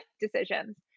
decisions